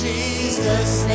Jesus